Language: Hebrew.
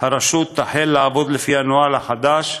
תחל הרשות לעבוד לפי הנוהל החדש,